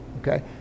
Okay